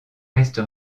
reste